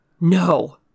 No